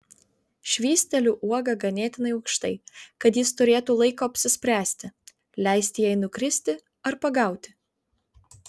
švysteliu uogą ganėtinai aukštai kad jis turėtų laiko apsispręsti leisti jai nukristi ar pagauti